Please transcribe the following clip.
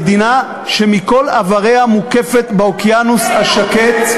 מדינה שמכל עבריה מוקפת באוקיינוס השקט,